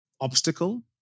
obstacle